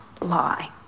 lie